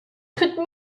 could